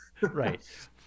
Right